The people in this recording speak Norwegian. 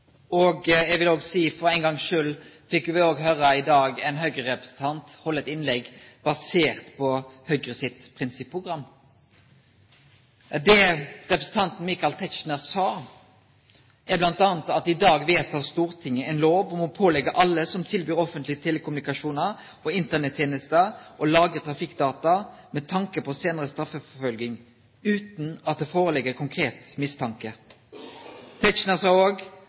og eg vil seie at me i dag – for ein gongs skuld – fekk høyre ein Høgre-representant halde eit innlegg basert på Høgre sitt prinsipprogram. Det representanten Michael Tetzschner sa, var bl.a. at Stortinget i dag vedtek ein lov om å påleggje alle som tilbyr offentlege telekommunikasjonar og Internett-tenester, å lagre trafikkdata med tanke på seinare straffeforfølging utan at det ligg føre konkret